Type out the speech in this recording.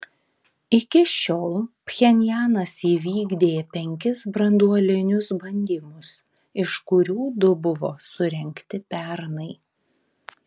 iki šiol pchenjanas įvykdė penkis branduolinius bandymus iš kurių du buvo surengti pernai